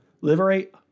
liberate